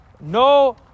No